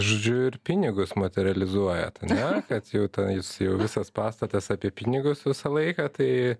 žodžiu ir pinigus materializuojat ten ane kad jau ten jūs jau visas pastatas apie pinigus visą laiką tai